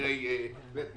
אחרי בית משפט,